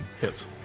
Hits